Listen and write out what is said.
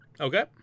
Okay